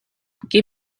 geh